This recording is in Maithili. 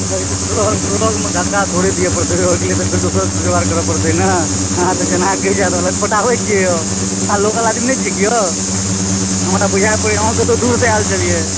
गाड़ीके ट्रोलमे धक्का थोड़े दियऽ पड़तै ओहिके लिए तऽ फेर कोनो दोसर जोगार करऽ पड़तै ने अहाँ तऽ जेनहारके लटपटाबै छियै यौ अहाँ लोकल आदमी नहि छियै की यौ हमरा बुझाए पड़ैया अहाँ कतौ दूर से आयल छलिए